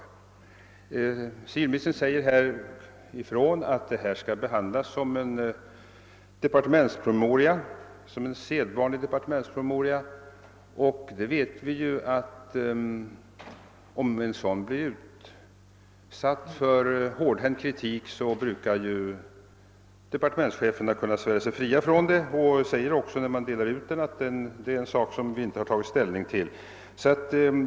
Civilministern säger här ifrån att detta skall behandlas som en sedvanlig departementspromemoria. Vi vet ju att om en sådan blir utsatt för hård kritik brukar departementscheferna kunna svära sig fria från den. De säger också, när de delar ut den, att det är en sak som de inte tagit ställning till.